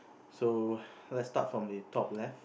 so let start from the top left